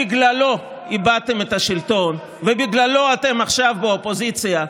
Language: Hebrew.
בגללו איבדתם את השלטון ובגללו אתם עכשיו באופוזיציה,